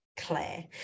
Claire